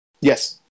Yes